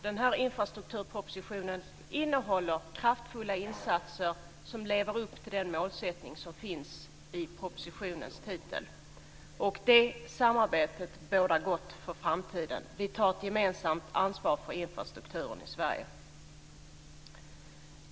Den här infrastrukturpropositionen innehåller kraftfulla insatser för att leva upp till den målsättning som finns i propositionens titel. Det samarbetet bådar gott för framtiden. Vi tar ett gemensamt ansvar för infrastrukturen i Sverige.